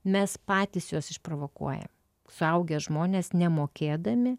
mes patys juos išprovokuojam suaugę žmonės nemokėdami